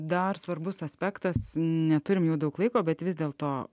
dar svarbus aspektas neturime daug laiko bet vis dėl to